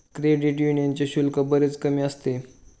credit यूनियनचे शुल्क बरेच कमी असते